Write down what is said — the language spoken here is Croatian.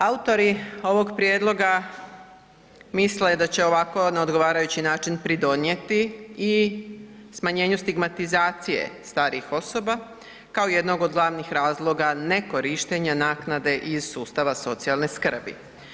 Autori ovog prijedloga misle da će ovako na odgovarajući način pridonijeti i smanjenju stigmatizacije starijih osoba kao jednog od glavnih razloga nekorištenja naknade iz sustava socijalne skrbi.